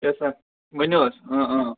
یَس سَر ؤنیُو حظ